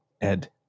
Ed